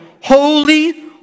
holy